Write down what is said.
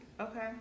okay